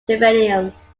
juveniles